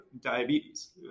diabetes